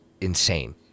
insane